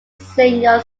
senior